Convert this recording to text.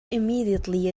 immediately